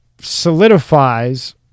solidifies